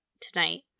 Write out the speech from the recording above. tonight